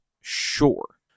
sure